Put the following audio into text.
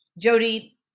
jody